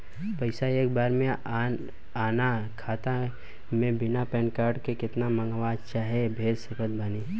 पैसा एक बार मे आना खाता मे बिना पैन कार्ड के केतना मँगवा चाहे भेज सकत बानी?